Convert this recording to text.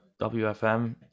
wfm